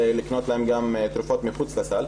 לקנות להם תרופות גם מחוץ לסל.